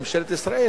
ממשלת ישראל,